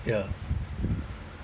ya